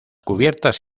cubiertas